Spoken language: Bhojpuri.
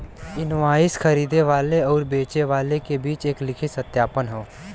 इनवाइस खरीदे वाले आउर बेचे वाले क बीच एक लिखित सत्यापन हौ